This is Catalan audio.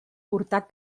portar